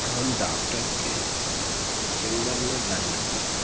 हम डॉक्टर के चैम्बर में लाइन लगती है